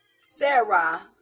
Sarah